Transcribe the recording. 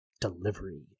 delivery